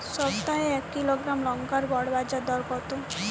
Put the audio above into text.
সপ্তাহে এক কিলোগ্রাম লঙ্কার গড় বাজার দর কতো?